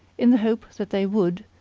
in the hope that they would,